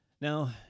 Now